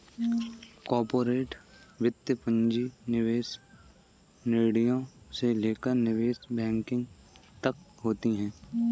corporate वित्त पूंजी निवेश निर्णयों से लेकर निवेश बैंकिंग तक होती हैं